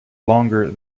longer